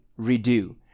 redo